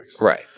Right